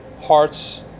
hearts